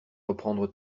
reprendre